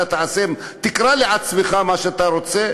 שאתה תקרא לעצמך מה שאתה רוצה?